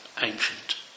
ancient